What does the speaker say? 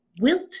Wilt